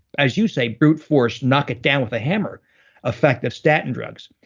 as you say, brute-force, knock it down with a hammer effect of statin drugs.